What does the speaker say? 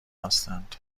هستند